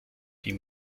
die